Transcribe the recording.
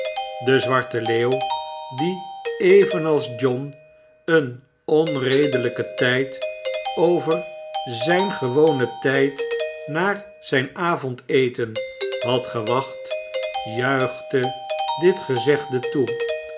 de zwarte leeuw die evenals john een onredelijken tijd oyer zijn gewonen tijd naar zijn avondeten had gewacht juichte dit gezegde toe